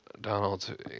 Donald